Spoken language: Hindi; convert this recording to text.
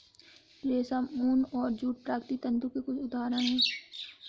रेशम, ऊन और जूट प्राकृतिक तंतु के कुछ उदहारण हैं